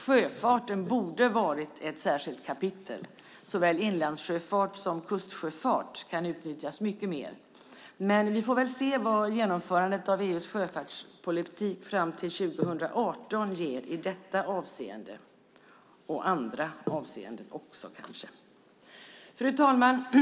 Sjöfarten borde ha varit ett särskilt kapitel. Såväl inlandssjöfart som kustsjöfart kan utnyttjas mycket mer. Men vi får väl se vad genomförandet av EU:s sjöfartspolitik fram till 2018 ger i detta avseende och kanske också i andra avseenden. Fru talman!